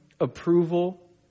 approval